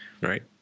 right